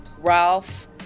Ralph